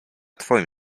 twoim